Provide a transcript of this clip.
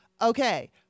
Okay